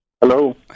Hello